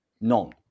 None